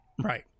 right